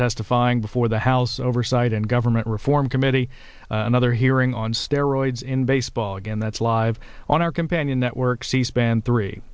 testifying before the house oversight and government reform committee another hearing on steroids in baseball again that's live on our companion network c span three